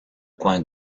coin